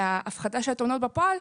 מההפחתה של התאונות בפועל,